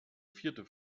vierte